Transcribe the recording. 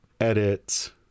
edit